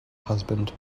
husband